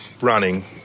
running